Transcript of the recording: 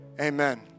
amen